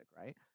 right